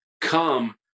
Come